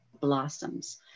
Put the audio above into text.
blossoms